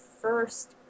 first